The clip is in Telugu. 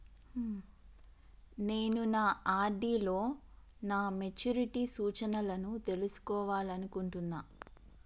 నేను నా ఆర్.డి లో నా మెచ్యూరిటీ సూచనలను తెలుసుకోవాలనుకుంటున్నా